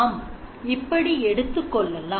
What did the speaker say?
நாம் இப்படி எடுத்துக் கொள்ளலாம்